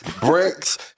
Bricks